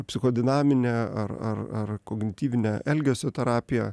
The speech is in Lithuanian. psichodinaminė ar ar ar kognityvinė elgesio terapija